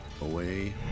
away